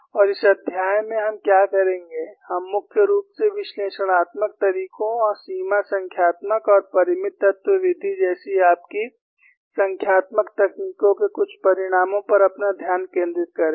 और इस अध्याय में हम क्या करेंगे हम मुख्य रूप से विश्लेषणात्मक तरीकों और सीमा संख्यात्मक और परिमित तत्व विधि जैसी आपकी संख्यात्मक तकनीकों के कुछ परिणामों पर अपना ध्यान केंद्रित करेंगे